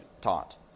taught